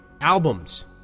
albums